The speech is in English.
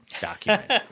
document